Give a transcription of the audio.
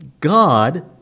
God